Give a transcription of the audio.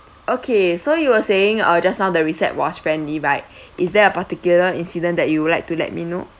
okay so you were saying uh just now the recep was friendly right is there a particular incident that you would like to let me know